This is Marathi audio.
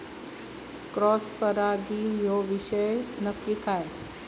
क्रॉस परागी ह्यो विषय नक्की काय?